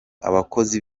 abakozi